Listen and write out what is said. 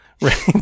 Right